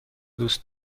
دوست